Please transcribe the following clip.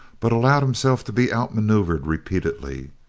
but allowed himself to be out-maneuvered repeatedly.